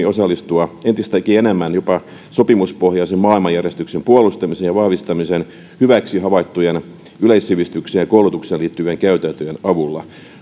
osallistua entistäkin enemmän jopa sopimuspohjaisen maailmanjärjestyksen puolustamiseen ja vahvistamiseen hyväksi havaittujen yleissivistykseen ja koulutukseen liittyvien käytäntöjen avulla